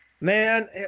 Man